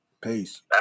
Peace